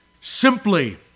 simply